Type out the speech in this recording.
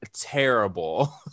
terrible